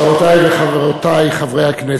רבותי וחברותי חברי הכנסת,